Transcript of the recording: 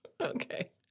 Okay